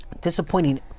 disappointing